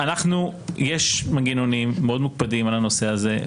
יש מנגנונים מאוד מוקפדים על הנושא הזה.